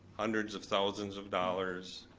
hundreds of thousands of dollars,